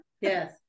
Yes